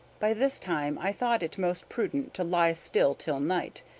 by this time i thought it most prudent to lie still till night,